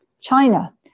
China